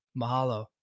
mahalo